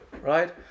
right